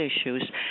issues